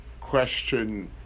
question